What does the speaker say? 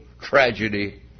tragedy